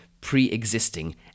pre-existing